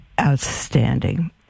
outstanding